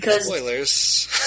Spoilers